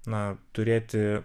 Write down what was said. na turėti